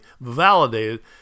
validated